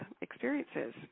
experiences